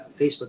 Facebook